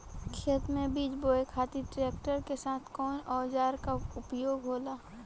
खेत में बीज बोए खातिर ट्रैक्टर के साथ कउना औजार क उपयोग होला?